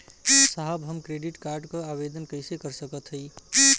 साहब हम credit card क आवेदन कइसे कर सकत हई?